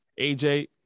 AJ